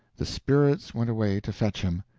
the spirits went away to fetch him,